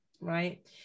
Right